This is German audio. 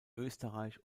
österreich